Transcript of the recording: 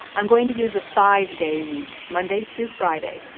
i'm going to use a five-day week monday through friday,